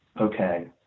Okay